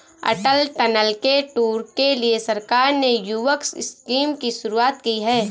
अटल tunnel के tour के लिए सरकार ने युवक स्कीम की शुरुआत की है